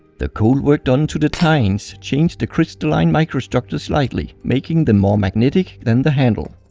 the cold work done to the tines changed the crystalline microstructure slightly making them more magnetic than the handle.